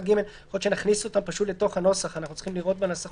הנוסף שנעשה בעקבות הדיון בוועדה הוא שברירת המחדל משתנה לגבי נושא